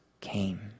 came